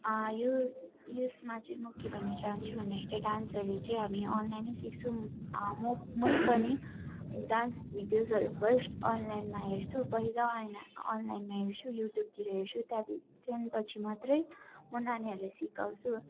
यो यसमा चाहिँ म के भन्न चाहन्छु भन्दाखेरि चाहिँ डान्सहरू चाहिँ हामी अनलाइनै सिक्छौँ म मै पनि डान्स भिडियोजहरू फर्स्ट अनलाइनमा हेर्छु पहिला अनलाइनमा हेर्छु युट्युबतिर हेर्छु त्यहाँ पी त्यहाँदेखि पछि मात्रै म नानीहरूलाई सिकाउँछु